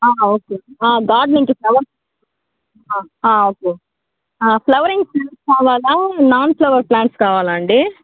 okay గార్డెన్కి flower okay flowering plants కావాలా non flower plants కావాలా అండీ